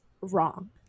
wrong